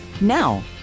Now